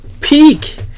peak